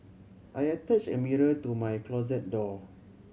I attach a mirror to my closet door